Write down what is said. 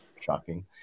Shocking